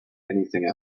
anything